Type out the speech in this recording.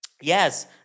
Yes